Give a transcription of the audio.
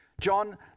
John